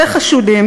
וחשודים,